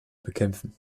bekämpfen